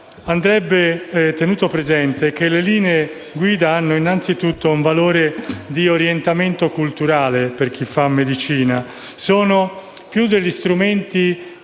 andrebbe tenuto presente che le linee guida hanno innanzitutto un valore di orientamento culturale per chi fa medicina. Sono degli strumenti